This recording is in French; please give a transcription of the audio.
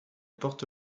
porte